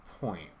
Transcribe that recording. point